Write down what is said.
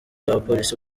abapolisi